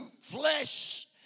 flesh